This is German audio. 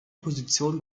position